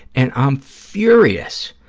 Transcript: and i'm furious.